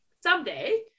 someday